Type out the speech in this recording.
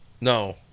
No